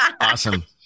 awesome